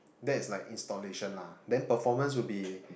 that's like installation lah then performance would be